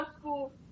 school